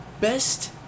best